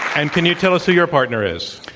and can you tell us who your partner is?